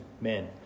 men